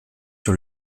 sur